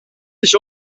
ich